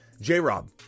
J-Rob